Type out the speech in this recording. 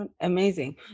amazing